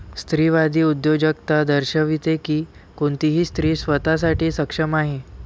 स्त्रीवादी उद्योजकता दर्शविते की कोणतीही स्त्री स्वतः साठी सक्षम आहे